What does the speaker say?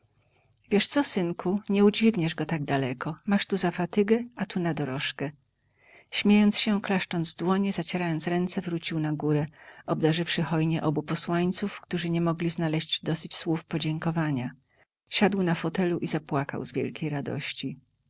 wiesz co synku nie udźwigniesz go tak daleko masz tu za fatygę a tu na dorożkę śmiejąc się klaszcząc w dłonie zacierając ręce wrócił na górę obdarzywszy hojnie obu posłańców którzy nie mogli znaleźć dosyć słów podziękowania siadł na fotelu i zapłakał z wielkiej radości